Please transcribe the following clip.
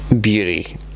beauty